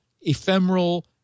ephemeral